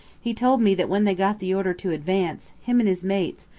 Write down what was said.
he told me that when they got the order to advance, him and his mates,